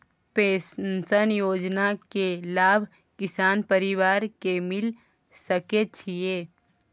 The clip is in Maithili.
पेंशन योजना के लाभ किसान परिवार के मिल सके छिए?